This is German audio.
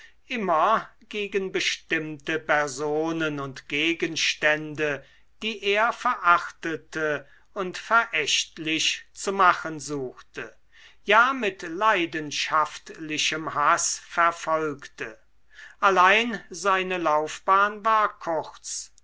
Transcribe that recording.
immer gegen bestimmte personen und gegenstände die er verachtete und verächtlich zu machen suchte ja mit leidenschaftlichem haß verfolgte allein seine laufbahn war kurz